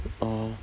orh